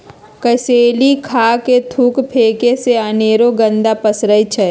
कसेलि खा कऽ थूक फेके से अनेरो गंदा पसरै छै